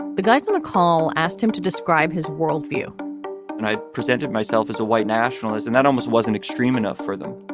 the guys on the call asked him to describe his worldview and i presented myself as a white nationalist and that almost wasn't extreme enough for them.